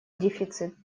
дефицит